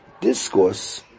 discourse